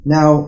Now